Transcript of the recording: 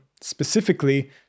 specifically